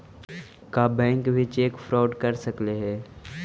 का बैंक भी cheque fraud कर सकलई हे?